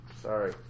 sorry